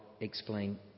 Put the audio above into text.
explain